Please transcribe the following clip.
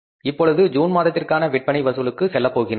இப்பொழுது ஜூன் மாதத்திற்கான விற்பனை வசூலுக்கு செல்லப்போகிறோம்